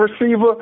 receiver